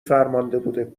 فرمانده